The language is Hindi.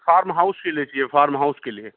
फार्म हाउस के लिए चहिए फार्म हाउस के लिए